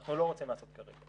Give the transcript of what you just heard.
שאנחנו לא רוצים לעשות כרגע.